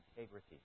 integrity